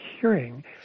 hearing